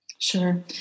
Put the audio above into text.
Sure